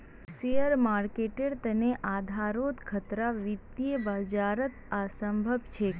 share मार्केटेर तने आधारोत खतरा वित्तीय बाजारत असम्भव छेक